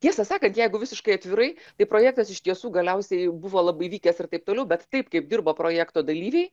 tiesą sakant jeigu visiškai atvirai tai projektas iš tiesų galiausiai buvo labai vykęs ir taip toliau bet taip kaip dirbo projekto dalyviai